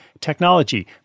technology